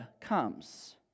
comes